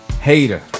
Hater